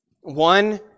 One